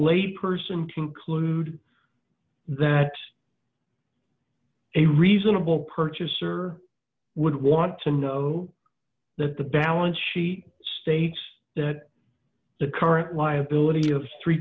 lay person to clued that a reasonable purchaser would want to know that the balance sheet states that the current liability of three